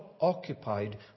occupied